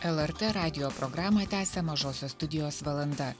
lrt radijo programą tęsia mažosios studijos valanda